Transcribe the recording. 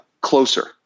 closer